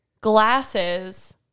glasses